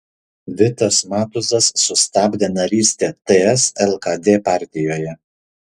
vitas matuzas sustabdė narystę ts lkd partijoje